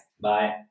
Bye